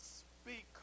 speak